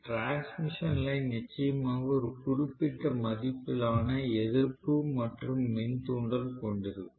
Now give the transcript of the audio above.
transmission line நிச்சயமாக ஒரு குறிப்பிட்ட மதிப்பிலான எதிர்ப்பு மற்றும் மின் தூண்டல் கொண்டிருக்கும்